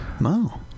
No